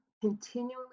continually